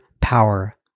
power